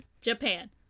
Japan